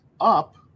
up